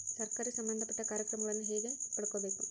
ಸರಕಾರಿ ಸಂಬಂಧಪಟ್ಟ ಕಾರ್ಯಕ್ರಮಗಳನ್ನು ಹೆಂಗ ಪಡ್ಕೊಬೇಕು?